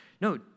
no